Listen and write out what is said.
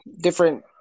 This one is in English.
different